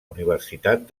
universitat